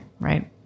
right